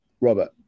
robert